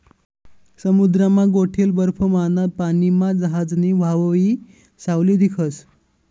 समुद्रमा गोठेल बर्फमाना पानीमा जहाजनी व्हावयी सावली दिखस